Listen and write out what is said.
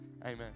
amen